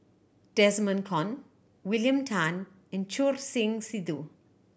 Desmond Kon William Tan and Choor Singh Sidhu